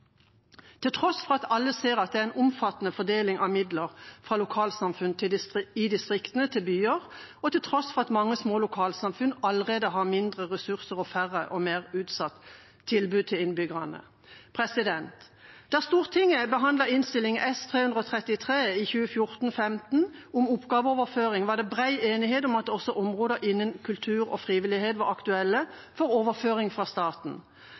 til tross for at alle ser det er en omfattende fordeling av midler fra lokalsamfunn i distriktene til byer, og til tross for at mange små lokalsamfunn allerede har mindre ressurser og færre og mer utsatte tilbud til innbyggerne. Da Stortinget behandlet Innst. 333 S for 2014–2015 om oppgaveoverføring, var det bred enighet om at også områder innen kultur og frivilligheten var aktuelle for overføring fra staten.